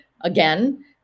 again